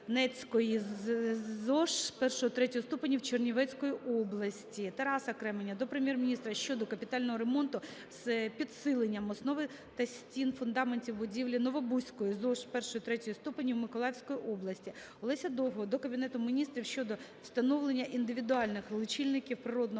ЗОШ I-III ступенів Чернівецької області. Тараса Кременя до Прем'єр-міністра щодо капітального ремонту з підсиленням основи та стін фундаментів будівлі Новобузької ЗОШ І-ІІІ ступенів Миколаївської області. Олеся Довгого до Кабінету Міністрів щодо встановлення індивідуальних лічильників природного газу